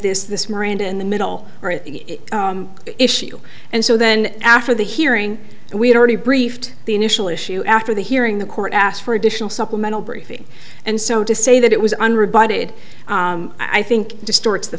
this this miranda in the middle are at issue and so then after the hearing we had already briefed the initial issue after the hearing the court asked for additional supplemental briefing and so to say that it was an rebutted i think distorts the